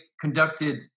conducted